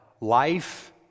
life